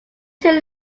two